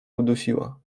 udusiła